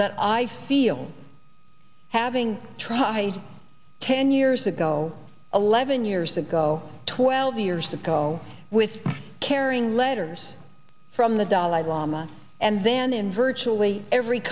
that i feel having try ten years ago eleven years ago twelve years ago with caring letters from the dalai lama and then in virtually every